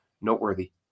noteworthy